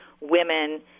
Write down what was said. women